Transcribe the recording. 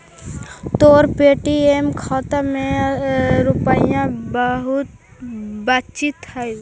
तोर पे.टी.एम खाता में के रुपाइया बचित हउ